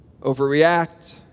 overreact